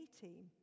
team